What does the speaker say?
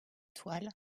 toile